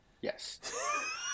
yes